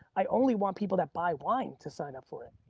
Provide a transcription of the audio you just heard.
i only want people that buy wine to sign up for it,